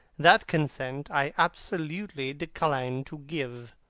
that consent i absolutely decline to give.